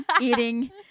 eating